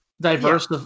diverse